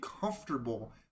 comfortable